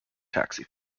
taxi